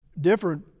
different